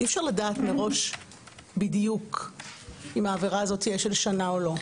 אי אפשר לדעת מראש בדיוק אם העבירה הזאת תהיה של שנה או לא.